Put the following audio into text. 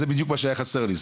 זה בדיוק מה שהיה חסר לי.